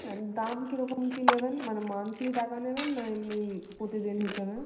হ্যাঁ দাম কী রকম কী নেবেন মানে মান্থলি টাকা নেবেন না এমনি প্রতিদিন হিসাবে